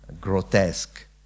grotesque